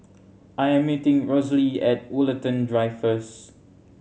I am meeting Rosalee at Woollerton Drive first